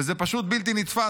וזה פשוט בלתי נתפס.